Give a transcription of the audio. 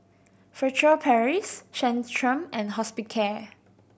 Furtere Paris Centrum and Hospicare